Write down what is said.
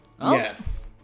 Yes